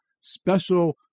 special